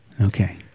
Okay